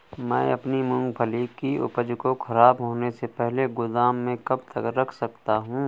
मैं अपनी मूँगफली की उपज को ख़राब होने से पहले गोदाम में कब तक रख सकता हूँ?